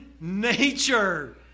nature